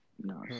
No